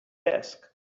desk